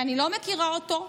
ואני לא מכירה אותו,